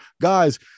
Guys